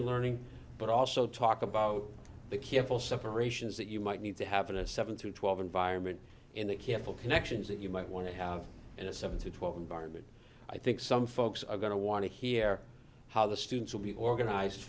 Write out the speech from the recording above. and learning but also talk about the careful separations that you might need to have in a seven through twelve environment and it careful connections that you might want to have in a seven to twelve environment i think some folks are going to want to hear how the students will be organized